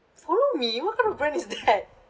follow me you what kind of brand is that